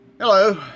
Hello